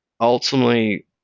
ultimately